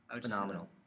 phenomenal